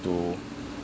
to